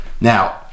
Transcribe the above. now